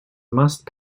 must